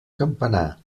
campanar